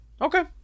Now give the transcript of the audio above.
Okay